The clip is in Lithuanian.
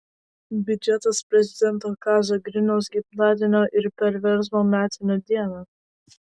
biudžetas prezidento kazio griniaus gimtadienio ir perversmo metinių dieną